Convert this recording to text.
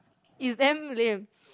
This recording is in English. is damn lame